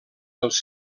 els